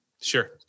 Sure